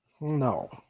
No